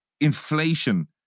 inflation